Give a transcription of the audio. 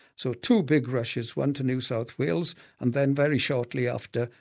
so two big rushes, one to new south wales and then very shortly after,